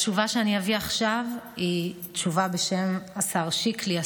התשובה שאני אביא עכשיו היא תשובה בשם השר שיקלי,